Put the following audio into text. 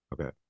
Okay